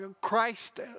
Christ